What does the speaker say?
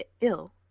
ill